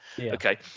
okay